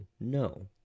no